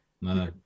No